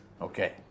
Okay